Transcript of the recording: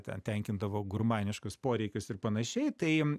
ten tenkindavo gurmaniškus poreikius ir panašiai tai